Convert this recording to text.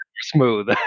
smooth